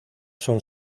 son